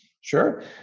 Sure